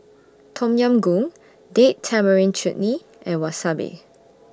Tom Yam Goong Date Tamarind Chutney and Wasabi